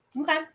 Okay